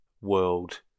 world